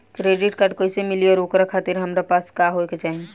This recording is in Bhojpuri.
क्रेडिट कार्ड कैसे मिली और ओकरा खातिर हमरा पास का होए के चाहि?